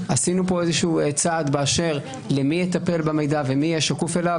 עשינו פה איזשהו צעד באשר מי יטפל במידע ומי יהיה שקוף אליו.